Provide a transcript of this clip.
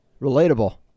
relatable